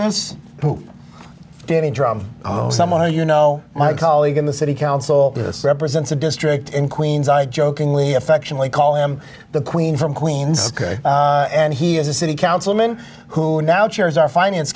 drum someone who you know my colleague in the city council this represents a district in queens i jokingly affectionately call him the queen from queens and he is a city councilman who now chairs our finance